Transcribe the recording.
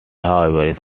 however